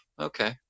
okay